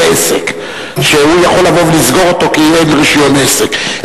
עסק שהוא יכול לבוא ולסגור אותו כי אין רשיון עסק.